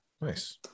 Nice